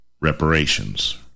reparations